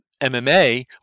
MMA